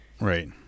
right